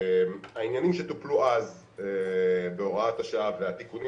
העניינים שטופלו אז בהוראת השעה והתיקונים